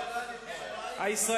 מיסטר פרזידנט, enough is enough.